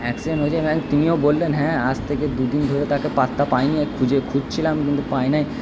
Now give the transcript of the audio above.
accident হয়েছেন এবং তিনিও বললেন হ্যাঁ আজ থেকে দুদিন ধরে তাকে পাত্তা পাই নি খুঁজে খুঁজছিলাম কিন্তু পাই নাই